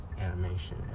animation